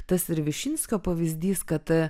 tas ir višinsko pavyzdys kad a